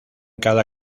cada